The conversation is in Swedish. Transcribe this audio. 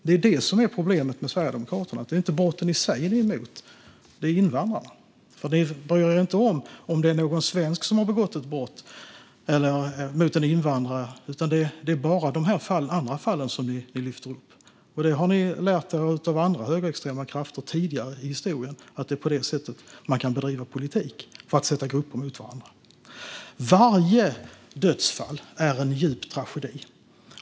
Det är det som är problemet med Sverigedemokraterna, att det inte är brotten i sig som de är emot utan invandrarna. Ni bryr er inte om om det är någon svensk som har begått ett brott mot en invandrare, utan det är bara dessa andra fall som ni lyfter fram. Ni har lärt er av andra högerextrema krafter tidigare i historien att det är på detta sätt som man kan bedriva politik för att sätta grupper mot varandra. Varje dödsfall är en djup tragedi.